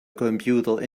computer